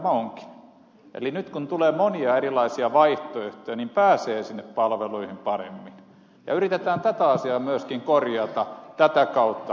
eli nyt kun tulee monia erilaisia vaihtoehtoja niin pääsee sinne palveluihin paremmin ja yritetään tätä asiaa myöskin korjata tätä kautta